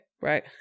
right